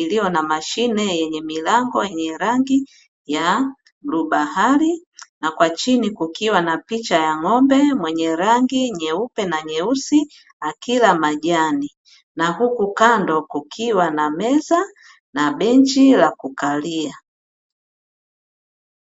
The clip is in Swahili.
iliyo na mashine yenye milango yenye rangi ya bluu bahari na kwa chini kukiwa na picha ya ng'ombe mwenye rangi nyeupe na nyeusi akila majani na huku kando kukiwa na meza na benchi la kukalia.